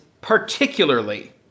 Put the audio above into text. particularly